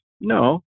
No